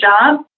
job